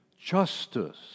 justice